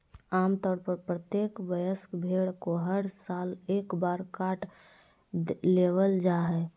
आम तौर पर प्रत्येक वयस्क भेड़ को हर साल एक बार काट लेबल जा हइ